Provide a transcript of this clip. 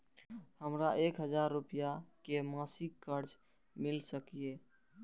हमरा एक हजार रुपया के मासिक कर्ज मिल सकिय?